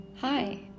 Hi